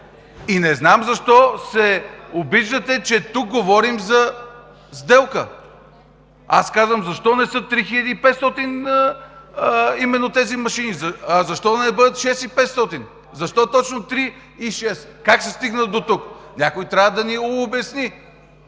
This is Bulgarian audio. И не знам защо се обиждате, че тук говорим за сделка! Аз казвам: защо не са 3500 тези машини, защо да не бъдат 6500? Защо точно 3006, как се стигна дотук? Някой трябва да ни обясни!